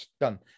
done